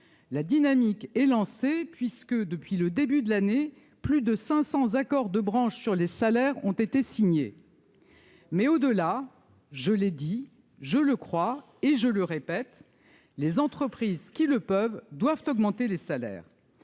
la dynamique est lancée puisque depuis le début de l'année, plus de 500 accords de branche sur les salaires ont été signés, mais au-delà, je l'ai dit, je le crois et je le répète : les entreprises qui le peuvent doivent augmenter les salaires,